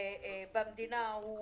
במדינה הוא